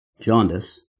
jaundice